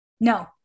No